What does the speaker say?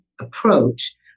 approach